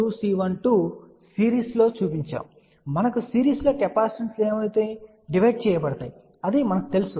కాబట్టి మనకు సిరీస్లో కెపాసిటెన్సులు విభజించబడతాయి అది తెలుసు